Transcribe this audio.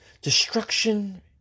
destruction